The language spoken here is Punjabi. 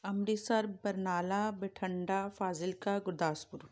ਅੰਮ੍ਰਿਤਸਰ ਬਰਨਾਲਾ ਬਠਿੰਡਾ ਫਾਜ਼ਿਲਕਾ ਗੁਰਦਾਸਪੁਰ